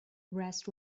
rest